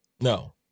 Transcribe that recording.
No